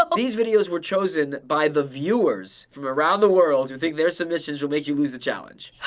ah these videos were chosen by the viewers from around the world who think their submissions will make you lose the challenge.